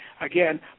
again